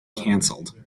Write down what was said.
cancelled